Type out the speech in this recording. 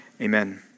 amen